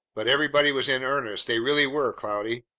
but everybody was in earnest they really were, cloudy.